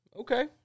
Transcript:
Okay